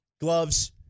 gloves